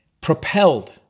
propelled